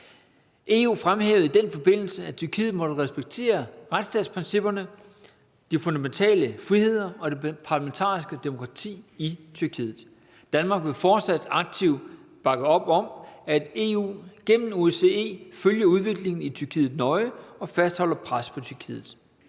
EU fremhævede i den forbindelse, at Tyrkiet måtte respektere retsstatsprincipperne, de fundamentale friheder og det parlamentariske demokrati i Tyrkiet. Danmark vil fortsat aktivt bakke op om, at EU gennem OSCE følger udviklingen i Tyrkiet nøje og fastholder pres på Tyrkiet.